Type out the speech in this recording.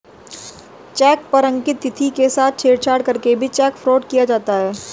check पर अंकित तिथि के साथ छेड़छाड़ करके भी चेक फ्रॉड किया जाता है